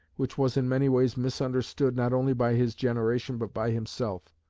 which was in many ways misunderstood not only by his generation but by himself,